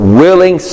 willing